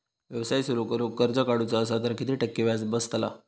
व्यवसाय सुरु करूक कर्ज काढूचा असा तर किती टक्के व्याज बसतला?